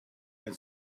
ein